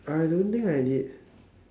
I don't think I did